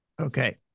Okay